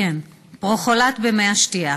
פרכלורט במי השתייה.